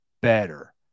better